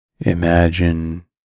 Imagine